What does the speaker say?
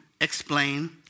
explain